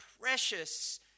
precious